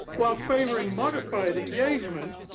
while favoring modified engagement,